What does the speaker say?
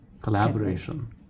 collaboration